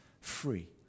free